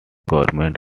government